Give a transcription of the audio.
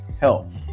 health